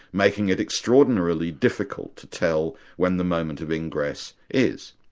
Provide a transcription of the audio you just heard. making it extraordinarily difficult to tell when the moment of ingress is.